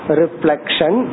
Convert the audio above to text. reflection